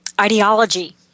ideology